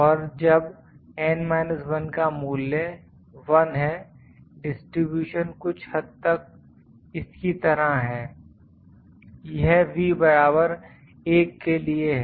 और जब N 1 का मूल्य 1 है डिस्ट्रीब्यूशन कुछ हद तक इसकी तरह है यह V बराबर 1 के लिए है